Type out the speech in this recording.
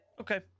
Okay